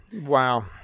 Wow